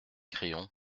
crayons